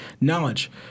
Knowledge